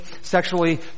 sexually